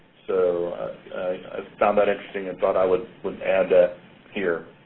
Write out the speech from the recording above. so i found that interesting and thought i would would add that here.